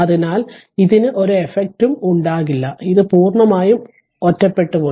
അതിനാൽ ഇതിന് ഒരു എഫക്റ്റും ഉണ്ടാകില്ല ഇത് പൂർണ്ണമായും ഒറ്റപ്പെട്ടുപോയി